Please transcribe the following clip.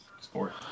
Sport